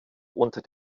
unter